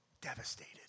devastated